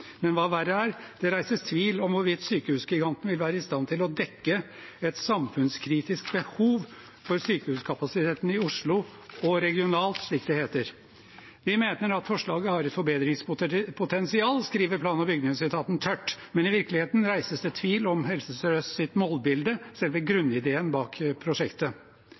Men hva verre er: Det reises tvil om hvorvidt sykehusgiganten vil være i stand til å dekke et samfunnskritisk behov for sykehuskapasiteten i Oslo og regionalt, som det heter. Vi mener at forslaget har et forbedringspotensial, skriver plan- og bygningsetaten tørt. Men i virkeligheten reises det tvil om Helse Sør-Østs målbilde – selve grunnideen bak prosjektet.